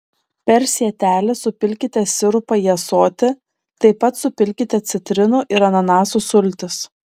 per sietelį supilkite sirupą į ąsotį taip pat supilkite citrinų ir ananasų sultis